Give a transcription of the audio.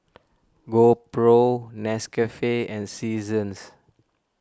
GoPro Nescafe and Seasons